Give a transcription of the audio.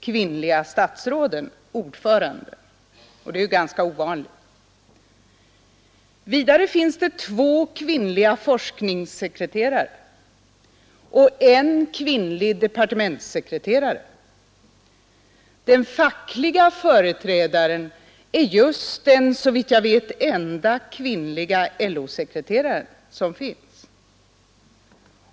— kvinnliga statsråden ordförande; det är ju förresten ganska ovanligt. För det andra finns där två kvinnliga forskningssekreterare och en kvinnlig departementssekreterare. Den fackliga företrädaren är just den såvitt jag vet enda kvinnliga LO-sekreterare som finns.